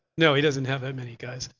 no, he doesn't have that many, guys.